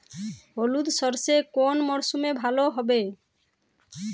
হলুদ সর্ষে কোন মরশুমে ভালো হবে?